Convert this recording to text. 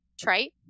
trite